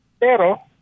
Pero